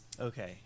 Okay